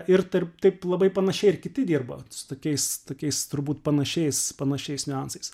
ir tarp taip labai panašiai ir kiti dirbo su tokiais tokiais turbūt panašiais panašiais niuansais